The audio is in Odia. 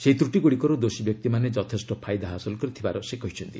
ସେହି ତ୍ରଟିଗୁଡ଼ିକରୁ ଦୋଷୀ ବ୍ୟକ୍ତିମାନେ ଯଥେଷ୍ଟ ଫାଇଦା ହାସଲ କରିଥିବାର ସେ କହିଛନ୍ତି